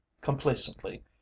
complacently